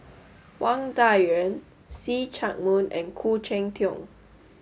Wang Dayuan See Chak Mun and Khoo Cheng Tiong